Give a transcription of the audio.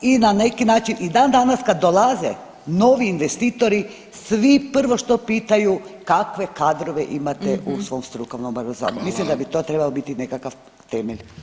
i na neki način i dan danas kad dolaze novi investitori svi prvo što pitaju kakve kadrove imate u svom strukovnom obrazovanju, mislim da bi to trebao biti nekakav temelj.